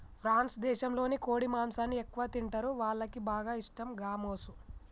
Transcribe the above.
France దేశంలో కోడి మాంసాన్ని ఎక్కువగా తింటరు, వాళ్లకి బాగా ఇష్టం గామోసు